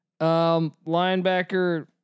Linebacker